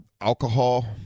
alcohol